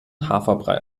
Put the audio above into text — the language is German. haferbrei